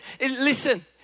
Listen